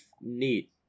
neat